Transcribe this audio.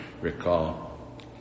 recall